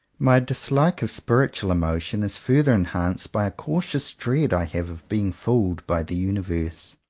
my dislike of spiritual emotion is further enhanced by a cautious dread i have of being fooled by the universe.